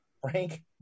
Frank